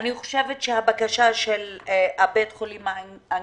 אני חושבת שהבקשה של בית החולים הסקוטי,